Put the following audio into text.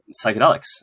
psychedelics